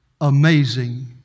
Amazing